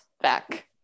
back